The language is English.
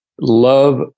love